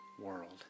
World